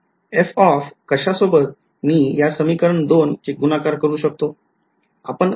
f of कशासोबत मी यासमीकरण २ चे गुणाकार करू शकतो